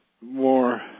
more